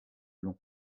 long